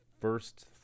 first